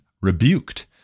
rebuked